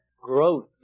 growth